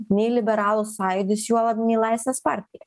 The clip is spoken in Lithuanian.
nei liberalų sąjūdis juolab nei laisvės partija